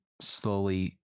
slowly